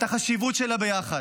את החשיבות של הביחד.